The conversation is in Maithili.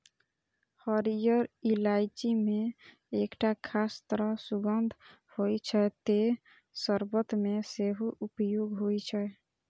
हरियर इलायची मे एकटा खास तरह सुगंध होइ छै, तें शर्बत मे सेहो उपयोग होइ छै